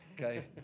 okay